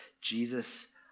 Jesus